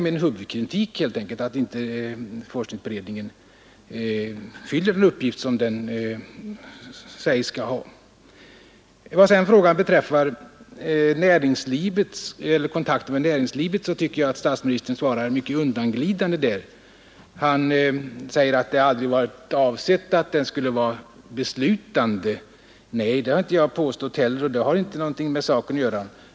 Min huvudkritik av forskningsberedningen är alltså, att den helt enkelt inte fyller den uppgift som det sägs att den skall ha. Vad sedan beträffar frågan om kontakter med näringslivet tycker jag att statsministern svarar mycket undanglidande. Han säger att avsikten aldrig har varit att forskningsberedningen skulle vara beslutande. Nej, det har jag inte påstått heller, och det har inte med saken att göra.